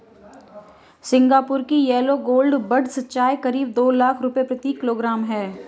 Singapore की yellow gold buds चाय करीब दो लाख रुपए प्रति किलोग्राम है